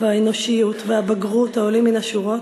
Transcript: והאנושיות והבגרות העולות מן השורות,